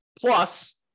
Plus